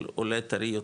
של עולה טרי יותר,